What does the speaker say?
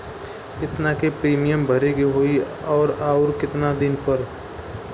केतना के प्रीमियम भरे के होई और आऊर केतना दिन पर?